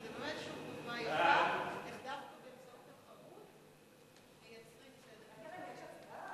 זו באמת שוב דוגמה יפה איך דווקא באמצעות תחרות מייצרים צדק חברתי.